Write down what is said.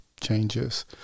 changes